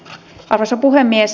arvoisa puhemies